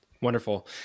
Wonderful